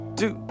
two